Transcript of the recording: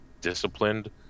disciplined